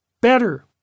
better